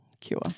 cure